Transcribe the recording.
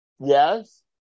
yes